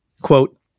Quote